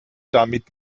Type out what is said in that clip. damit